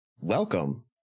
welcome